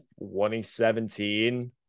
2017